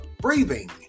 breathing